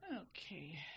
Okay